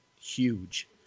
huge